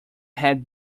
had